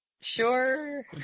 Sure